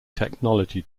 technology